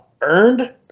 earned